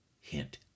Hint